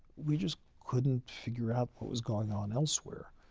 we just couldn't figure out what was going on elsewhere.